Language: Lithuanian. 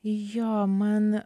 jo man